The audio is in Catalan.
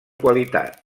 qualitat